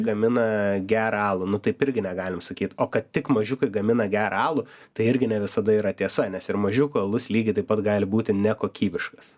gamina gerą alų nu taip irgi negalim sakyt o kad tik mažiukai gamina gerą alų tai irgi ne visada yra tiesa nes ir mažiuko alus lygiai taip pat gali būti nekokybiškas